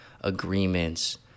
agreements